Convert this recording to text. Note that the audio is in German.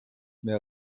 mehr